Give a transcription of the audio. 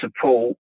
support